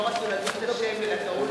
קראו,